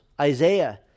Isaiah